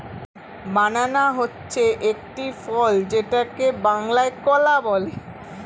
বানানা হচ্ছে একটি ফল যেটাকে বাংলায় কলা বলে